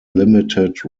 limited